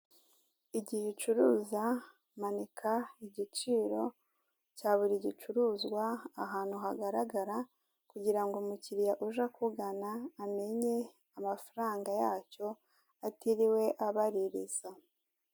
Igihe ucuruza manika igiciro cya buri gicuruzwa ahantu hagaragara kugira ngo umukiriya uje kugana amenye amafaranga yacyo atiriwe abaririza.